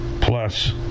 plus